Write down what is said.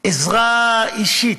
עזרה אישית,